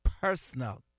personal